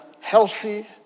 healthy